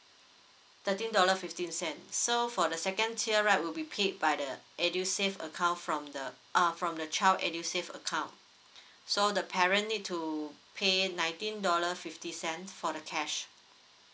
thirteen dollar fifteen cents so for the second tier right will be paid by the edusave account from the uh from the child edusave account so the parent need to pay nineteen dollar fifty cents for the cash